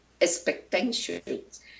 expectations